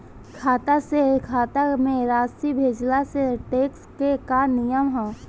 खाता से खाता में राशि भेजला से टेक्स के का नियम ह?